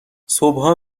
صبحا